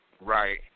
Right